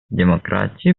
демократии